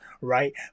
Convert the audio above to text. right